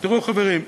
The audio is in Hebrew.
תראו, חברים,